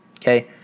Okay